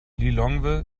lilongwe